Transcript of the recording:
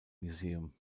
museum